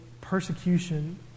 persecution